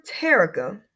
Terica